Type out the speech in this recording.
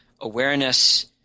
awareness